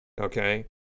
okay